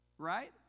Right